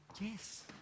Yes